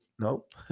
Nope